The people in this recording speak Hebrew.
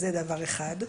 זה דבר אחד,